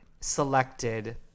selected